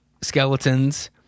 skeletons